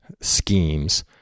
schemes